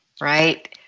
right